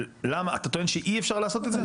למה אתה טוען שאי אפשר לעשות את זה?